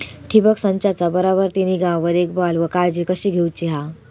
ठिबक संचाचा बराबर ती निगा व देखभाल व काळजी कशी घेऊची हा?